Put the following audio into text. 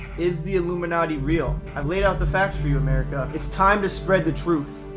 is the illuminati real? i've laid out the facts for you, america. it's time to spread the truth.